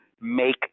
make